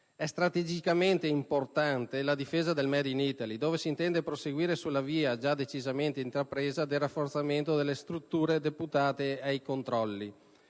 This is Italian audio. È strategicamente importante la difesa del *made* *in* *Italy*, dove si intende proseguire sulla via, già decisamente intrapresa, del rafforzamento delle strutture deputate ai controlli